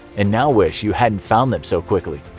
and now wish you hadn't found them so quickly.